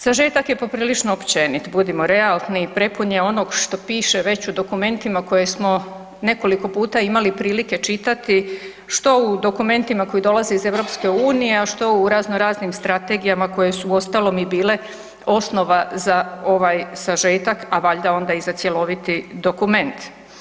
Sažetak je poprilično općenit, budimo realni i prepun je onog što piše već u dokumentima koje smo nekoliko puta imali prilike čitati što u dokumentima koji dolaze iz EU-a, a što u raznoraznim strategijama koje su uostalom i bile osnova za ovaj sažetak a valjda onda i za cjeloviti dokument.